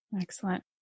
Excellent